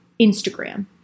Instagram